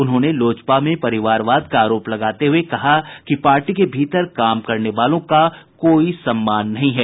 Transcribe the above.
उन्होंने लोजपा में परिवारवाद का आरोप लगाते हुए कहा कि पार्टी के भीतर काम करने वालों का कोई सम्मान नहीं है